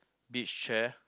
beach chair